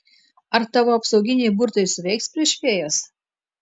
ar tavo apsauginiai burtai suveiks prieš fėjas